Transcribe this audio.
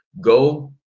go